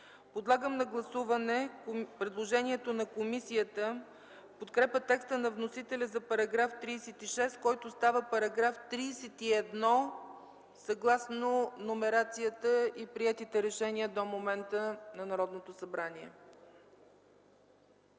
Подлагам на гласуване предложението на комисията в подкрепа текста на вносителя за § 36, който става § 31, съгласно номерацията и приетите решения на Народното събрание